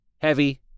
heavy